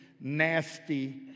nasty